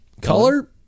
color